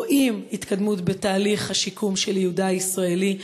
רואים התקדמות בתהליך השיקום של יהודה הישראלי,